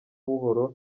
buhoro